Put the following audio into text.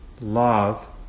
love